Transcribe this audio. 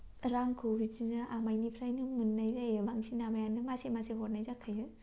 रांखौ बिदिनो आमाइनिफ्रायनो मोननाय जायो बांसिन आमाइआनो मासै मासै हरनाय जाखायो